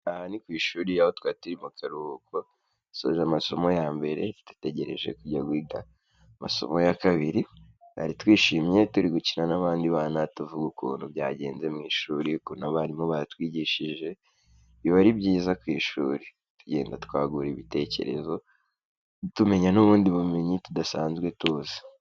Aha ni ku ishuri aho twari turi mu karuhuko dusoje amasomo ya mbere dutegereje kujya kwiga amasomo ya kabiri. Twari twishimye turi gukina n'abandi bana, tuvuga ukuntu byagenze mu ishuri, ukuntu abarimu batwigishije, biba ari byiza ku ishuri. Tugenda twagura ibitekerezo, tumenya n'ubundi bumenyi tudasanzwe tuzi.